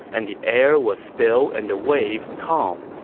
and the air was still and the waves calm.